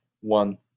One